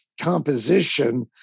composition